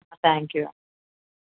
thank you